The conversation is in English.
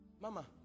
Mama